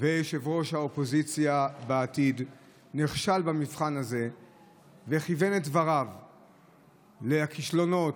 וראש האופוזיציה בעתיד נכשל במבחן הזה וכיוון את דבריו לכישלונות,